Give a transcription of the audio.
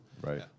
Right